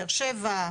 באר שבע,